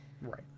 Right